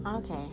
Okay